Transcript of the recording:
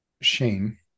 Shane